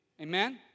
Amen